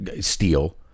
Steel